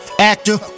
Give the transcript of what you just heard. actor